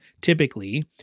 typically